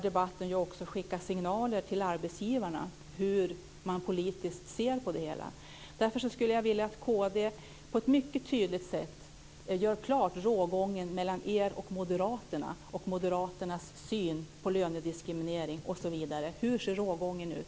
Debatten skickar signaler till arbetsgivarna hur man ser på det hela politiskt. Därför vill jag att kd på ett mycket tydligt sätt gör klart rågången mellan kd:s och moderaternas syn på lönediskriminering. Hur ser rågången ut?